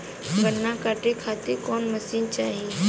गन्ना कांटेके खातीर कवन मशीन चाही?